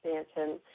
expansion